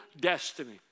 destiny